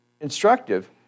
instructive